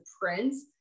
Prince